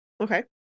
Okay